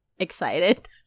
excited